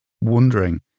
wondering